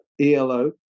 ELO